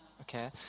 Okay